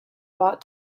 bought